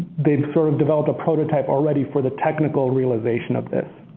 they've sort of developed a prototype already for the technical realization of this.